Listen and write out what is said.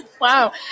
Wow